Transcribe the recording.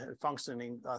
functioning